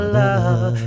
love